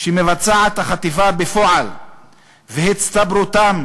שמבצעת החטיבה בפועל והצטברותם,